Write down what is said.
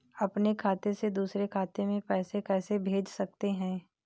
अपने खाते से दूसरे खाते में पैसे कैसे भेज सकते हैं?